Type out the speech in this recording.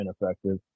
ineffective